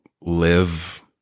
live